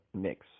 mix